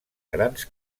grans